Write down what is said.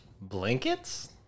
blankets